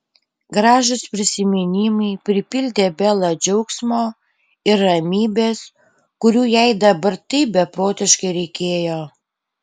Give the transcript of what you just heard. gražūs prisiminimai pripildė belą džiaugsmo ir ramybės kurių jai dabar taip beprotiškai reikėjo